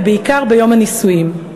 ובעיקר ביום הנישואין.